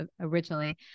originally